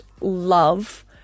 love